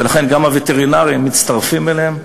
ולכן גם הווטרינרים מצטרפים אליהם.